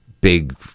big